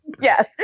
Yes